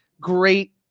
great